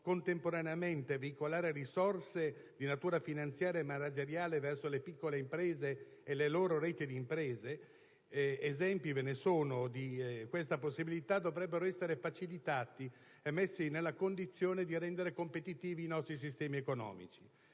contemporaneamente veicolare risorse di natura finanziaria e manageriale verso le piccole imprese e le loro reti (esempi ve ne sono di questa possibilità), dovrebbero essere facilitati e messi nella condizione di divenire competitivi i nostri sistemi economici.